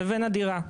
לבין הדירה.